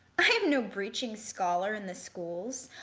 i am no breeching scholar in the schools,